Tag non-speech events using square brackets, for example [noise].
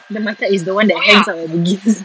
the my type is the one that hangs out at bugis [laughs]